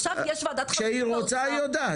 כשהיא רוצה היא יודעת.